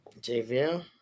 JVL